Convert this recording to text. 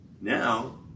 now